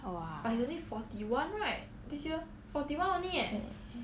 !wah!